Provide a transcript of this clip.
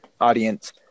audience